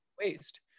waste